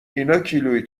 ایناکیلویی